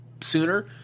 sooner